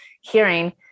hearing